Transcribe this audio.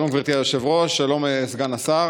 שלום, גברתי היושבת-ראש, שלום, סגן השר,